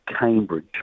Cambridge